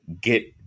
get